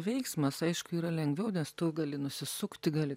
veiksmas aišku yra lengviau nes tu gali nusisukti gali